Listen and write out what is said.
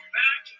back